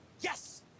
Yes